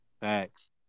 Thanks